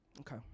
Okay